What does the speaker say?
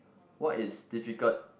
what is difficult